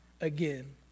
again